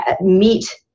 meet